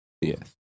Yes